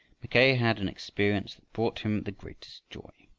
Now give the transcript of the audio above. mackay had an experience that brought him the greatest joy.